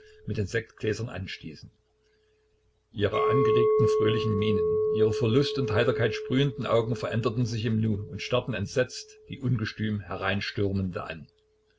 mit den sektgläsern anstießen ihre angeregten fröhlichen mienen ihre vor lust und heiterkeit sprühenden augen veränderten sich im nu und starrten entsetzt die ungestüm hereinstürmende an